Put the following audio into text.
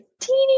teeny